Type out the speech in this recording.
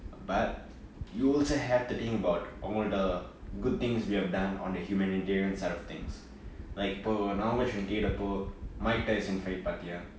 but you also have to think about all the good things we have done on the humanitarian side of things like இப்பொ:ippo donation துடுனப்போ:thudunappo mike tyson in fight பாத்தியா:paathiyaa